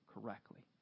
correctly